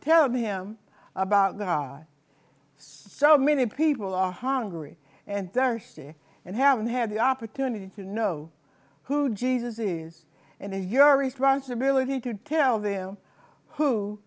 telling him about god so many people are hungry and thirsty and haven't had the opportunity to know who jesus is and your responsibility to tell them who